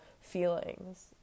feelings